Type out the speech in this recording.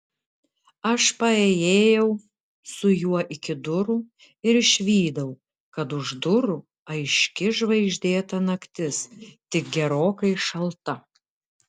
aš paėjėjau su juo iki durų ir išvydau kad už durų aiški žvaigždėta naktis tik gerokai šalta